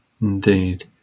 Indeed